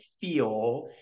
feel